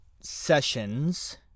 sessions